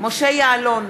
משה יעלון,